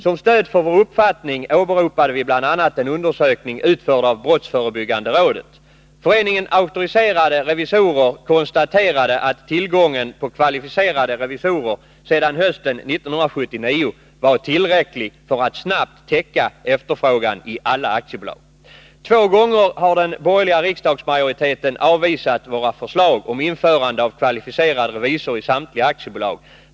Som stöd för vår uppfattning åberopade vi bl.a. en undersökning utförd av brottsförebyggande rådet. Föreningen Auktoriserade revisorer konstaterade att tillgången på kvalificerade revisorer redan hösten 1979 var tillräcklig för att snabbt täcka efterfrågan i alla aktiebolag. Två gånger har den borgerliga riksdagsmajoriteten avvisat våra förslag om införande av kvalificerad revisor i samtliga aktiebolag.